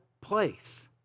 place